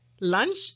lunch